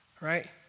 right